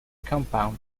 compound